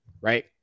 right